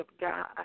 God